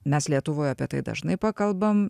mes lietuvoj apie tai dažnai pakalbam